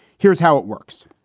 here's how it works.